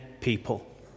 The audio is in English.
people